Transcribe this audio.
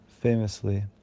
famously